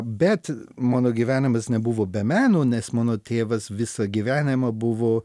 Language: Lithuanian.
bet mano gyvenimas nebuvo be meno nes mano tėvas visą gyvenimą buvo